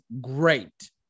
great